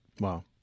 Wow